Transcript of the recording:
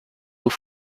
eaux